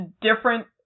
different